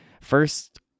first